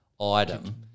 item